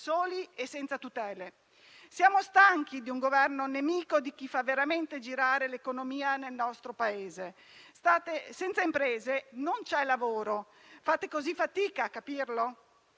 soli e senza tutele. Siamo stanchi di un Governo nemico di chi fa veramente girare l'economia nel nostro Paese. Senza imprese non c'è lavoro. Fate così fatica a capirlo?